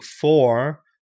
four